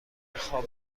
خواب